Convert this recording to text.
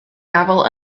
gafael